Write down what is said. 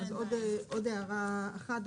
עוד הערה אחת.